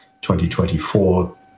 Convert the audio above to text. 2024